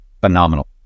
phenomenal